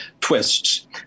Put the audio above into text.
twists